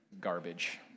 garbage